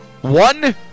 one